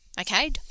okay